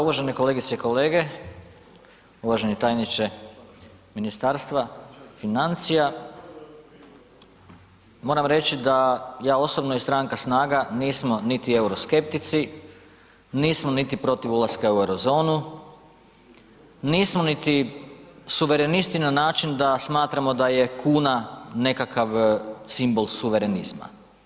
Uvažene kolegice i kolege, uvaženi tajniče Ministarstva financija, moram reći da ja osobno i stranka SNAGA nismo niti euroskeptici, nismo niti protiv ulaska u euro zonu, nismo niti suverenisti na način da smatramo da je kuna nekakav simbol suverenizma.